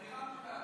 אתה נראה מותש.